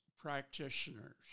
practitioners